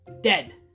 dead